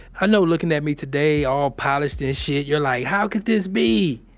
i know looking at me today all polished and shit you're like, how could this be?